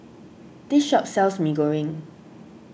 this shop sells Mee Goreng